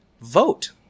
vote